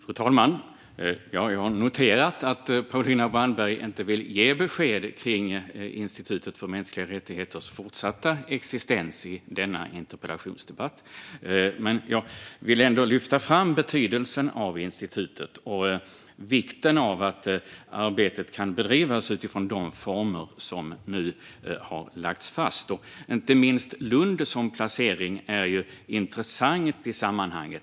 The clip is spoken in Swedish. Fru talman! Ja, jag har noterat att Paulina Brandberg inte vill ge besked om Institutet för mänskliga rättigheters fortsatta existens i denna interpellationsdebatt. Men jag vill ändå lyfta fram betydelsen av institutet och vikten av att arbetet kan bedrivas utifrån de former som har lagts fast. Inte minst placeringen i Lund är intressant i sammanhanget.